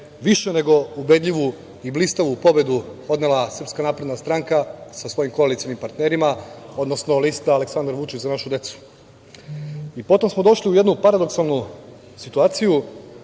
više nego ubedljivu i blistavu pobedu odnela SNS sa svojim koalicionim partnerima, odnosno lista „Aleksandar Vučić – za našu decu“. Potom smo došli u jednu paradoksalnu situaciju. Naime,